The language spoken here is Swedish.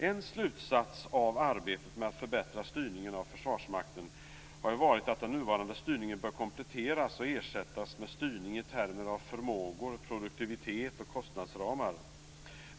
En slutsats av arbetet med att förbättra styrningen av Försvarsmakten har varit att den nuvarande styrningen bör kompletteras och ersättas med styrning i termer av förmågor, produktivitet och kostnadsramar.